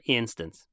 instance